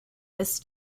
this